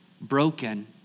broken